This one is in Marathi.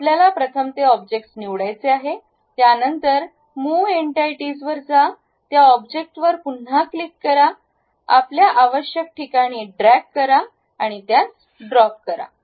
आपल्याला प्रथम ते ऑब्जेक्ट निवडायचे आहेत्यानंतर मूव एनटायटीज वर जा त्या ऑब्जेक्टवर पुन्हा क्लिक करा आपल्या आवश्यक ठिकाणी ड्रॅग करा आणि त्यास ड्रॉप करा